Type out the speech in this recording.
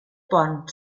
pont